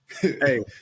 Hey